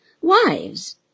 Wives